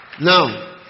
Now